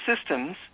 systems